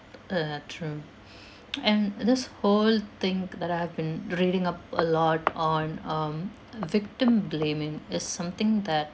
err true and this whole thing that I have been reading up a lot on um victim blaming is something that